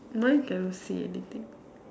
mine cannot see anything